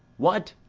what,